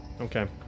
Okay